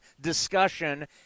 discussion